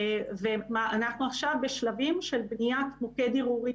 אנחנו עכשיו בשלבים של בניית מוקד ערעורים